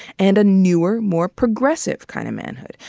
and a newer, more progressive kind of manhood.